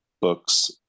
books